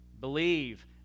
Believe